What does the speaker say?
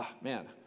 man